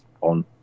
on